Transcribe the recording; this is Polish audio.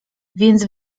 więc